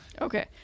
Okay